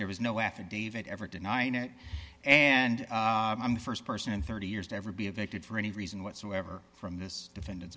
there was no affidavit ever denying it and i'm the st person in thirty years to ever be evicted for any reason whatsoever from this defend